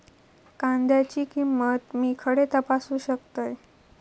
कांद्याची किंमत मी खडे तपासू शकतय?